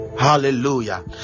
hallelujah